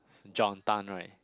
John done right